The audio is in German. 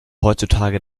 heutzutage